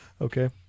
Okay